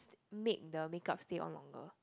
make the make up stay on longer